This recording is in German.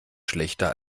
schlechter